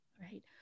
Right